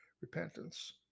repentance